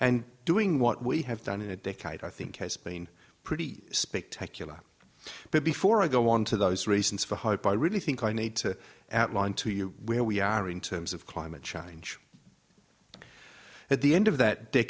and doing what we have done in a decade i think has been pretty spectacular but before i go on to those reasons for hope i really think i need to outline to you where we are in terms of climate change at the end of that